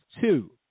two